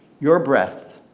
your breath,